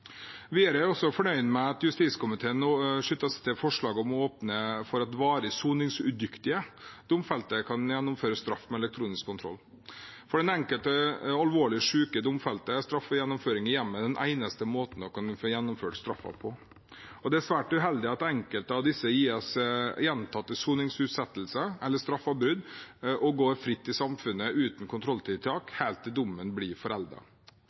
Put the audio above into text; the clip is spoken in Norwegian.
Videre er jeg også fornøyd med at justiskomiteen nå slutter seg til å åpne for at varig soningsudyktige domfelte kan gjennomføre straff med elektronisk kontroll. For den enkelte alvorlig syke domfelte er straffegjennomføring i hjemmet den eneste måten en kan få gjennomført straffen på. Det er svært uheldig at enkelte av disse gis gjentatte soningsutsettelser eller straffeavbrudd og går fritt i samfunnet uten kontrolltiltak helt til dommen blir